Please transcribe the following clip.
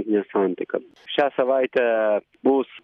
nesantaiką šią savaitę bus